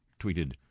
tweeted